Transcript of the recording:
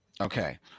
Okay